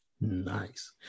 Nice